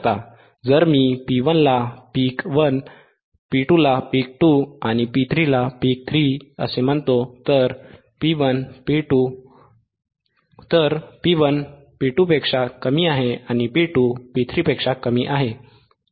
जर मी P1 ला पीक1 P2 ला पीक 2 आणि P3 ला पीक 3 असे म्हणतो तर P1 P2 पेक्षा कमी आहे आणि P2 P3 पेक्षा कमी आहे3